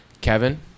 Kevin